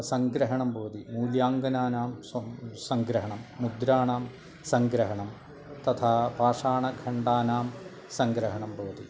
सङ्ग्रहणं भवति मूल्याङ्कानां सं सङ्ग्रहणं मुद्राणां सङ्ग्रहणं तथा पाषाणखण्डानां सङ्ग्रहणं भवति